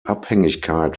abhängigkeit